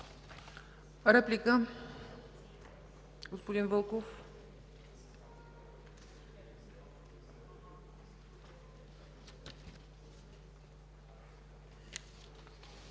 Реплика? Господин Янков.